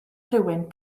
rhywun